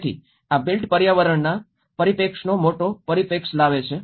તેથી આ બિલ્ટ પર્યાવરણના પરિપ્રેક્ષ્યનો મોટો પરિપ્રેક્ષ્ય લાવે છે